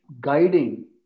guiding